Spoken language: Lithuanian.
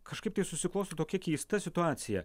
kažkaip tai susiklosto tokia keista situacija